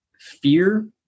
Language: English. fear